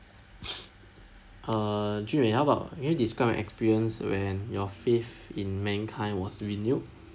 err jun wei how about can you describe an experience when your faith in mankind was renewed